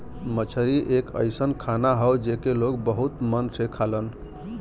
मछरी एक अइसन खाना हौ जेके लोग बहुत मन से खालन